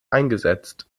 eingesetzt